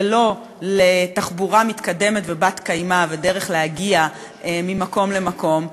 ולא לתחבורה מתקדמת ובת-קיימא ודרך להגיע ממקום למקום.